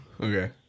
Okay